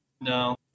No